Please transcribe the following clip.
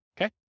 okay